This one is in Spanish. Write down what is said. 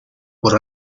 por